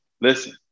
listen